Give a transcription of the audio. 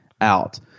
out